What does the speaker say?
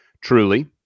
truly